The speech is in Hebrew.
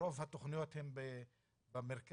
שרוב התכניות הן במרכז,